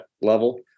level